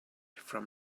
from